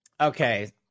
Okay